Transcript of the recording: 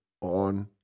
on